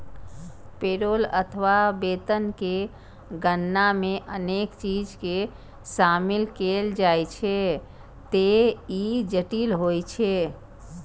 payroll अथवा वेतन के गणना मे अनेक चीज कें शामिल कैल जाइ छैं, ते ई जटिल होइ छै